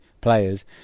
players